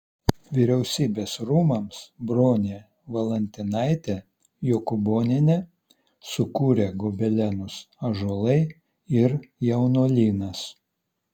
vyriausybės rūmams bronė valantinaitė jokūbonienė sukūrė gobelenus ąžuolai ir jaunuolynas